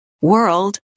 world